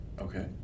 Okay